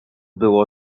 było